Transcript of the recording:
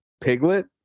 Piglet